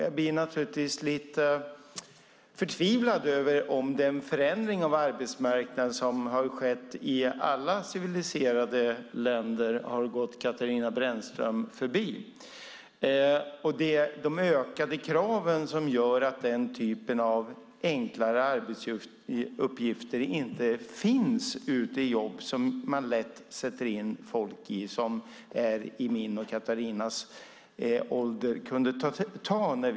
Jag blir naturligtvis förtvivlad om den förändring av arbetsmarknad som har skett i alla civiliserade länder har gått Katarina Brännström förbi och de ökade krav som gör att den typen av enklare arbetsuppgifter inte finns som man lätt sätter in folk i och som folk i min och Katarinas ålder kunde ta.